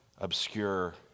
obscure